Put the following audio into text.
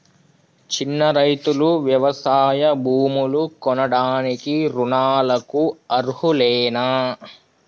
చిన్న రైతులు వ్యవసాయ భూములు కొనడానికి రుణాలకు అర్హులేనా?